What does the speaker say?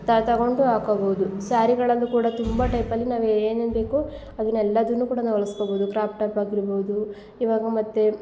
ತ ತಗೊಂಡು ಹಾಕೊಬೋದು ಸ್ಯಾರಿಗಳಲ್ಲೂ ಕೂಡ ತುಂಬ ಟೈಪಲ್ಲಿ ನಾವು ಏನೇನು ಬೇಕೋ ಅದನೆಲ್ಲದುನು ಕೂಡ ನಾವು ಹೊಲ್ಸ್ಕೊಬೋದು ಕ್ರಾಪ್ ಟಾಪ್ ಆಗಿರ್ಬೋದು ಇವಾಗ ಮತ್ತು